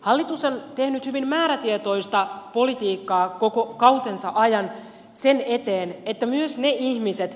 hallitus on tehnyt hyvin määrätietoista politiikkaa koko kautensa ajan sen eteen että myös niille ihmisille